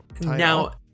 now